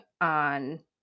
on